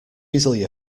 easily